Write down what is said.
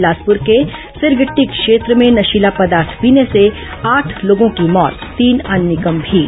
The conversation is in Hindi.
बिलासपुर के सिरगिटटी क्षेत्र में नशीला पदार्थ पीने से आठ लोगों की मौत तीन अन्य गंभीर